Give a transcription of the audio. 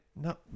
No